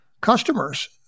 customers